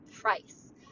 price